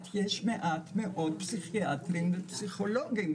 יש מעט מאוד פסיכיאטרים ופסיכולוגים,